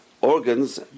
organs